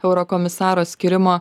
eurokomisaro skyrimo